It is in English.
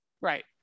Right